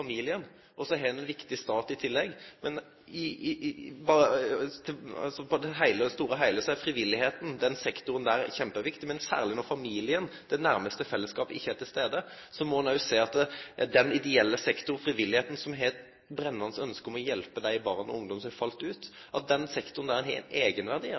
og så har me ein viktig stat i tillegg. I det store og heile er den frivillige sektoren kjempeviktig, særleg når familien, den næraste fellesskapen, ikkje er til stades. Då må ein sjå at den ideelle sektoren, frivilligheita, som har eit brennande ønske om å hjelpe dei barn og unge som har falle ut, har ein eigenverdi